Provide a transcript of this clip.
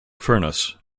furnace